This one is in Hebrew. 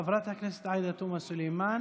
חברת הכנסת עאידה תומא סלימאן,